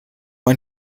ein